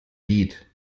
geht